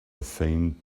faint